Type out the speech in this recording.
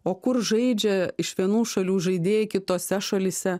o kur žaidžia iš vienų šalių žaidėjai kitose šalyse